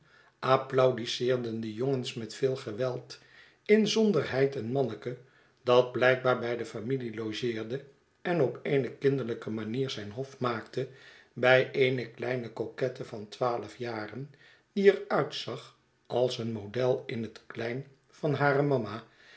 applaudiseerden de jongens met veel geweld inzonderheid een manneke dat blijkbaar bij de familie logeerde en op eene kinderlijke manier zijn hof maakte bij eene kieine coquette van twaalf jaren die er uitzag als een model in het klein van hare mama